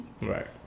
Right